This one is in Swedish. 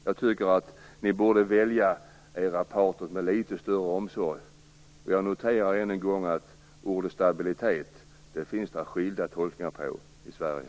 Jag tycker att ni borde välja era partner med litet större omsorg. Jag noterar än en gång att det finns skilda tolkningar av ordet stabilitet i Sverige.